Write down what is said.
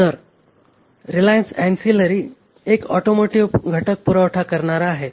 तर Reliance ancillary एक automotive घटक पुरवठा करणारा आहे